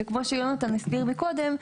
וכמו שיונתן הסביר מקודם,